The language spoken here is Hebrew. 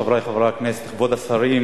עברה בקריאה טרומית ותועבר לוועדת הכספים,